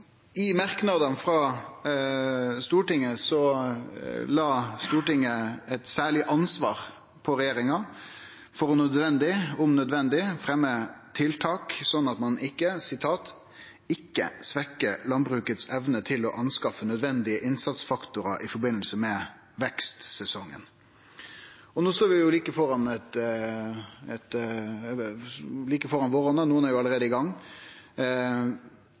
I merknadane frå Stortinget la Stortinget eit særleg ansvar på regjeringa for «om nødvendig» å fremje tiltak sånn at ein ikkje «svekker landbrukets evne til å anskaffe nødvendige innsatsfaktorer i forbindelse med vekstsesongen». No står vi like